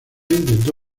intentó